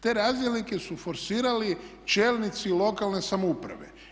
Te razdjelnike su forsirali čelnici lokalne samouprave.